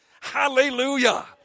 Hallelujah